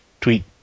tweet